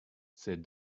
c’est